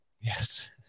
yes